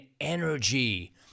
energy